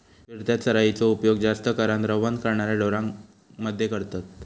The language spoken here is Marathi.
फिरत्या चराइचो उपयोग जास्त करान रवंथ करणाऱ्या ढोरांमध्ये करतत